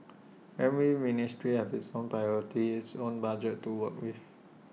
every ministry has its own priorities its own budget to work with